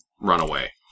Runaway